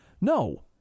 No